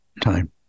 time